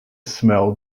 smell